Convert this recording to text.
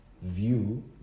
view